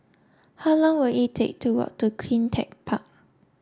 how long will it take to walk to CleanTech Park